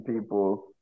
people